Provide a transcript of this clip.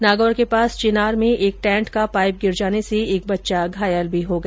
नागौर के समीप चिनार में एक टैंट का पाईप गिर जाने से एक बच्चा घायल भी हो गया